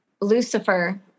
lucifer